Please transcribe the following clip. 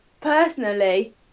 Personally